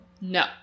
No